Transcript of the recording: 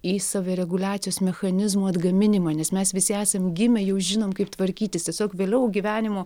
į savireguliacijos mechanizmų atgaminimą nes mes visi esam gimę jau žinom kaip tvarkytis tiesiog vėliau gyvenimo